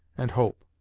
and hope.